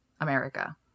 america